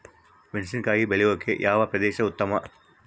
ಮೆಣಸಿನಕಾಯಿ ಬೆಳೆಯೊಕೆ ಯಾವ ಪ್ರದೇಶ ಉತ್ತಮ?